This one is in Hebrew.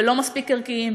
ולא מספיק ערכיים,